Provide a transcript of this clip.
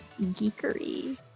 geekery